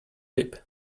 lip